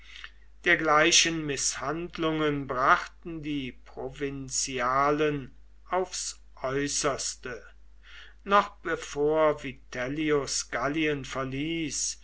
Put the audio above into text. dergleichen mißhandlungen brachten die provinzialen aufs äußerste noch bevor vitellius gallien verließ